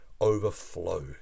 overflow